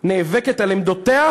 נאבקת על עמדותיה,